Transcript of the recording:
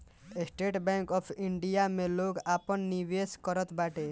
estate Bank of India में लोग आपन निवेश करत बाटे